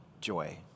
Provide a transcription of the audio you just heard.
joy